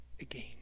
again